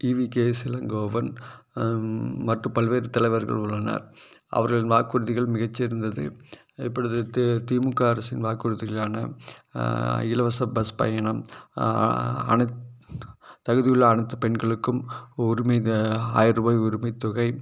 இ V K S Elangovan மற்றும் பல்வேறு தலைவர்கள் உள்ளனர் அவர்களின் வாக்குறுதிகள் மிகச் சிறந்தது எப்பிடி தி தி மு க அரசின் வாக்குறுதிகளான இலவச பஸ் பயணம் அனைத்து தகுதியுள்ள அனைத்து பெண்களுக்கும் உரிமை த ஆயிரருபாய் உரிமைத்தொகை